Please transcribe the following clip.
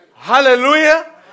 Hallelujah